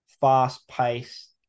fast-paced